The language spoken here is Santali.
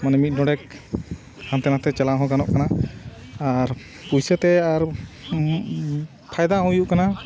ᱢᱟᱱᱮ ᱢᱤᱫ ᱰᱚᱸᱰᱮᱠ ᱦᱟᱱᱛᱮ ᱱᱟᱛᱮ ᱪᱟᱞᱟᱣ ᱦᱚᱸ ᱜᱟᱱᱚᱜ ᱠᱟᱱᱟ ᱟᱨ ᱯᱚᱭᱥᱟ ᱛᱮ ᱟᱨ ᱯᱷᱟᱭᱫᱟ ᱦᱚᱸ ᱦᱩᱭᱩᱜ ᱠᱟᱱᱟ